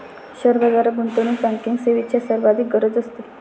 share बाजारात गुंतवणूक banking सेवेची सर्वाधिक गरज असते